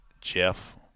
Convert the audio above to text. Jeff